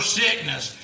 sickness